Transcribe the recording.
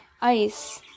Ice